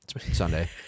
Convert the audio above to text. Sunday